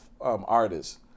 artists